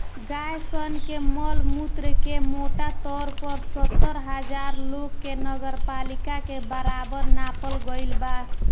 गाय सन के मल मूत्र के मोटा तौर पर सत्तर हजार लोग के नगरपालिका के बराबर नापल गईल बा